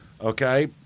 okay